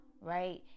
right